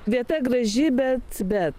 vieta graži bet bet